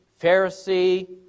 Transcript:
Pharisee